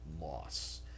loss